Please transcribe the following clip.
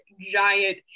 giant